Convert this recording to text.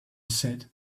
said